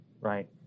right